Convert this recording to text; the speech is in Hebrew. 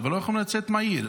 אבל לא יכולים לצאת מהעיר,